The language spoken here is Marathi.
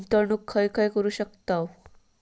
गुंतवणूक खय खय करू शकतव?